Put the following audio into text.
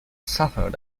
suffered